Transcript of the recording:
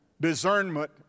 discernment